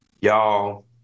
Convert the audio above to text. Y'all